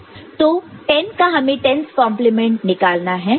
तो 10 का हमें 10's कंप्लीमेंट 10's complement निकालना है जो सबट्रैक्ट करना है